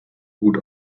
gut